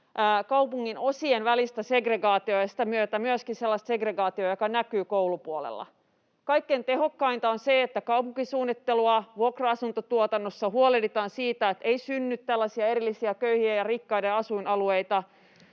kaupunginosien välistä segregaatiota ja sitä myötä myöskin sellaista segregaatiota, joka näkyy koulupuolella. Kaikkein tehokkainta on se, että kaupunkisuunnittelussa, vuokra-asuntotuotannossa huolehditaan siitä, että ei synny tällaisia erillisiä köyhien ja rikkaiden asuinalueita,